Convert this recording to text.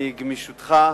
מגמישותך,